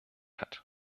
hat